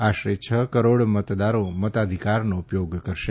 આશરે છ કરોડ મતદારો મતાધિકારનો ઉપયોગ કરશે